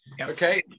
okay